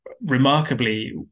remarkably